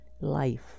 life